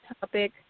topic